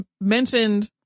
mentioned